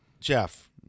Jeff